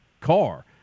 car